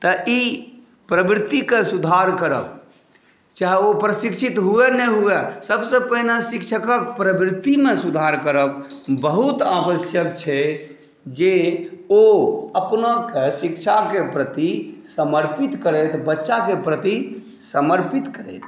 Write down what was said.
तऽ ई प्रवृतिक सुधार करब चाहे ओ प्रशिक्षित होइ ने होइ सभसँ पहिने शिक्षक प्रवृतिम सुधार करब बहुत आवश्यक छै जे ओ अपनाके शिक्षाके प्रति समर्पित करैत ब्च्चाके प्रति समर्पित करैत